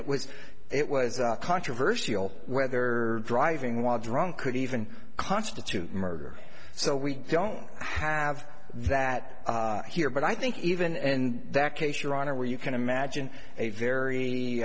it was it was controversial whether driving while drunk could even constitute murder so we don't have that here but i think even in that case your honor where you can imagine a very